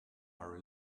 are